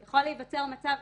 אמת.